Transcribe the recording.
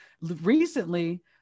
recently